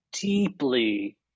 deeply